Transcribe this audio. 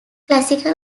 classical